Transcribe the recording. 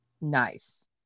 Nice